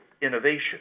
innovation